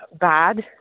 bad